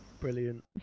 Brilliant